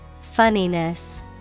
Funniness